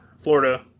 Florida